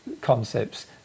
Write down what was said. concepts